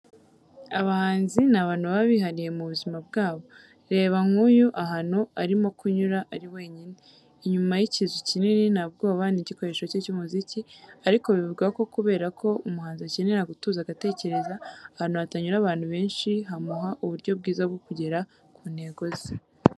Abahanzi ni abantu baba bihariye mu buzima bwabo, reba nk'uyu ahantu arimo kunyura ari wenyine, inyuma y'ikizu kinini nta bwoba n'igikoresho cye cy'umuziki, ariko bivugwa ko kubera ko umuhanzi akenera gutuza agatekereza, ahantu hatanyura abantu benshi, hamuha uburyo bwiza bwo kugera ku ntego ze.